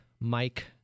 Mike